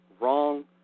wrong